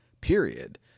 period